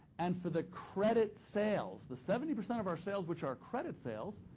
and for the credit sales, the seventy percent of our sales, which are credit sales,